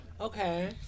Okay